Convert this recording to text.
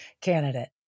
candidate